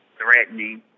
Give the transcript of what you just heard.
threatening